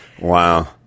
Wow